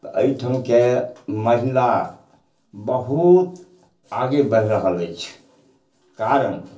तऽ अइठमके महिला बहुत आगे बढ़ि रहल अछि कारण